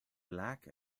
black